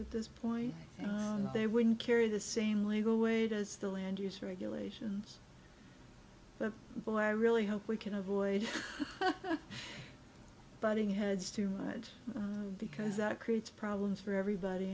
at this point they wouldn't carry the same legal weight as the land use regulations but boy i really hope we can avoid butting heads too much because that creates problems for everybody